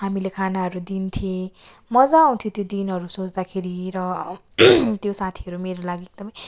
हामीले खानाहरू दिन्थौँ मजा आउँथ्यो त्यो दिनहरू सोच्दाखेरि र त्यो साथीहरू मेरो लागि एकदमै